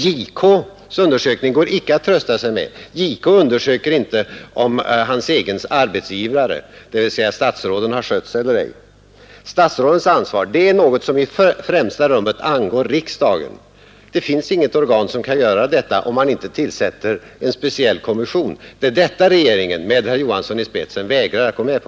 JK:s undersökning går icke att trösta sig med. JK undersöker inte om hans egna arbetsgivare, dvs. statsråden, har skött sig eller ej. Statsrådens ansvar är något som i främsta rummet angår riksdagen. Det finns inget organ som kan göra detta, om man inte tillsätter en speciell kommission. Det är detta regeringen med herr Johansson i spetsen vägrar att gå med på.